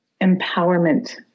empowerment